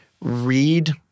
read